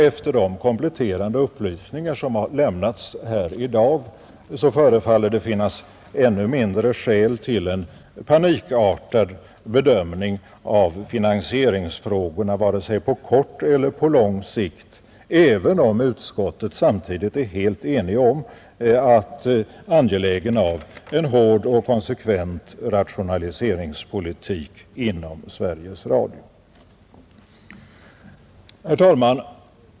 Efter de kompletterande upplysningar som lämnats här i dag förefaller det att finnas ännu mindre skäl till en panikartad bedömning av finansieringsfrågorna vare sig på kort eller lång sikt, även om utskottet samtidigt är helt enigt om angelägenheten av en hård och konsekvent rationaliseringspolitik inom Sveriges Radio. Herr talman!